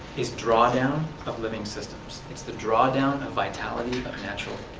is draw-down of living systems. it's the draw-down of vitality but of natural